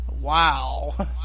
Wow